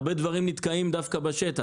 הרבה דברים נתקעים דווקא בשטח.